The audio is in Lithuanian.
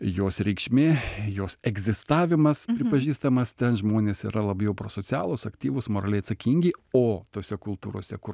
jos reikšmė jos egzistavimas pripažįstamas ten žmonės yra labiau pro socialūs aktyvūs moraliai atsakingi o tose kultūrose kur